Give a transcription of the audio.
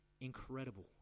incredible